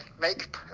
Make